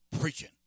preaching